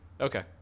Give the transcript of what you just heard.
Okay